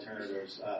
alternatives